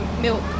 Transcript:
milk